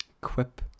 quip